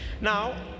Now